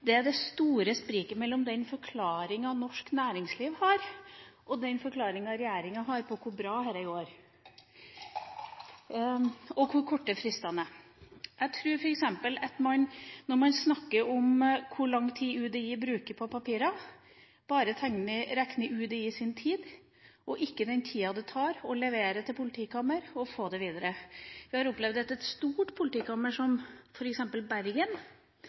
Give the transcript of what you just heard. meg, er det store spriket mellom den framstillinga norsk næringsliv gir, og den som regjeringa gir, av hvor bra dette går, og hvor korte fristene er. Jeg tror at når man f.eks. snakker om hvor lang tid UDI bruker på papirene, bare regner med tida i UDI og ikke den tida det tar å levere dem til politikammeret og få dem videre derfra. Vi har opplevd at et stort politikammer som Bergen